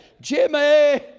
Jimmy